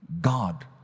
God